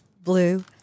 Blue